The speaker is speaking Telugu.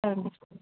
సరే అండి